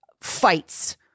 fights